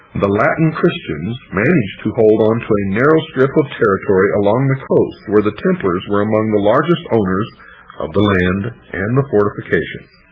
the latin christians managed to hold on to a narrow strip of territory along the coast, where the templars were among the largest owners of the land and fortifications.